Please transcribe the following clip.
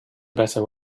better